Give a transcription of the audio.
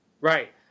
right